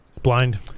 Blind